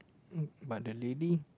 but the lady